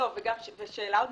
ושאלה מקדימה,